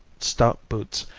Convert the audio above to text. stout boots,